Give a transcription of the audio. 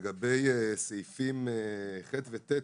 לגבי תקנות משנה (ח) ו-(ט),